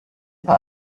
über